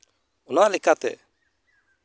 ᱚᱱᱟ ᱞᱮᱠᱟᱛᱮ